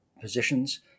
positions